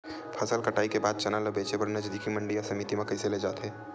फसल कटाई के बाद चना ला बेचे बर नजदीकी मंडी या समिति मा कइसे ले जाथे?